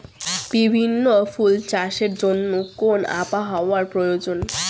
বিভিন্ন ফুল চাষের জন্য কোন আবহাওয়ার প্রয়োজন?